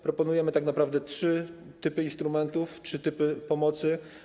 Proponujemy tak naprawdę trzy typy instrumentów, trzy typy pomocy.